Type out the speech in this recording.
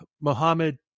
Mohammed